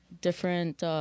different